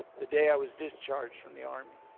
the day i was discharged from the army.